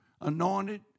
anointed